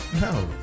No